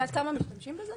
את יודעת כמה משתמשים בזה?